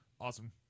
awesome